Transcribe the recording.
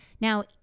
Now